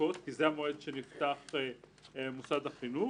דקות כי זה המועד שנפתח מוסד החינוך